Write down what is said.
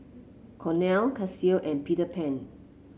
Cornell Casio and Peter Pan